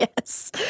Yes